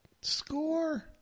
score